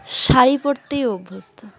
শাড়ি পরতেই অভ্যস্ত